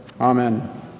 Amen